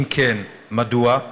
2. אם כן, מדוע?